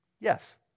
Yes